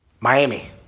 Miami